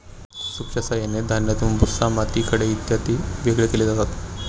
सूपच्या साहाय्याने धान्यातून भुसा, माती, खडे इत्यादी वेगळे केले जातात